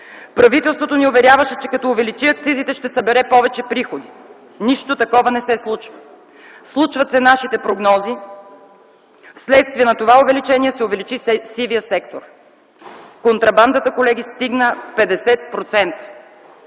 Правителството ни уверяваше, че като увеличи акцизите ще събере повече приходи. Нищо такова не се случи. Случват се нашите прогнози. Вследствие на това увеличение се увеличи сивият сектор. Контрабандата, колеги, стигна 50%